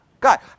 God